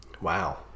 Wow